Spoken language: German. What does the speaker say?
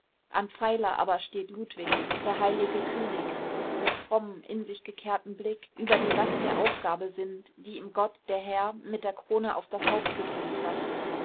am pfeiler aber steht ludwig der heilige könig mit frommem in sich gekehrtem blick über die last der aufgabe sinnend die ihm gott der herr mit der krone auf das haupt gedrückt hat